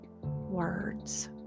words